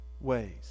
ways